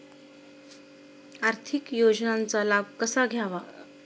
आर्थिक योजनांचा लाभ कसा घ्यावा?